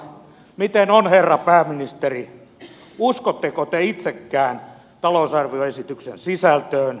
miten on herra pääministeri uskotteko te itsekään talousarvioesityksen sisältöön